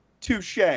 Touche